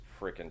freaking